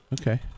Okay